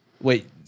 Wait